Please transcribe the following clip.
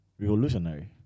Revolutionary